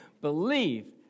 believe